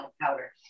powder